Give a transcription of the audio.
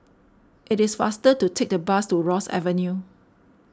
it is faster to take the bus to Ross Avenue